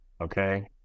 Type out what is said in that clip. Okay